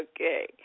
Okay